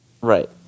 right